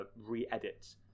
re-edit